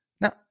Now